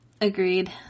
Agreed